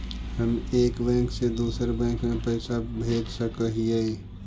हम एक बैंक से दुसर बैंक में पैसा भेज सक हिय?